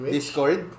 Discord